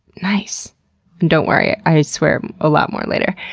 nice! and don't worry, i swear a lot more later.